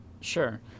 Sure